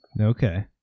Okay